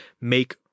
make